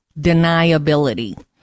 deniability